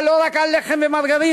אבל לא רק על לחם ומרגרינה,